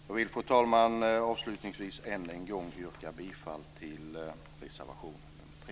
Jag vill, fru talman, avslutningsvis än en gång yrka bifall till reservation 3.